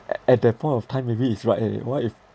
a~ at that point of time maybe it's right eh what if